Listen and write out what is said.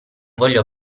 voglio